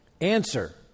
Answer